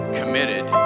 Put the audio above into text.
committed